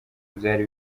byari